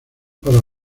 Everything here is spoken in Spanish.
para